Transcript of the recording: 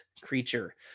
creature